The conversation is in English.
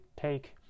take